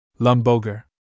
Lumboger